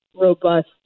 robust